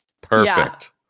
Perfect